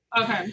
Okay